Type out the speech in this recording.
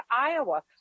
Iowa